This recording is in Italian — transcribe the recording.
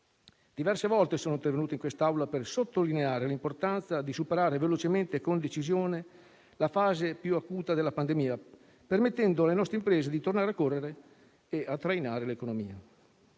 Diverse volte sono intervenuto in quest'Aula per sottolineare l'importanza di superare velocemente e con decisione la fase più acuta della pandemia, permettendo alle nostre imprese di tornare a correre e a trainare l'economia.